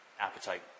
appetite